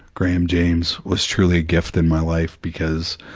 graham james was truly a gift in my life because,